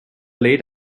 late